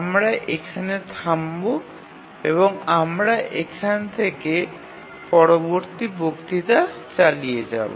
আমরা এখানে থামব এবং আমরা এখান থেকে পরবর্তী বক্তৃতায় চালিয়ে যাব